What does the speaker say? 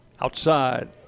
outside